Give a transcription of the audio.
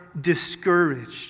discouraged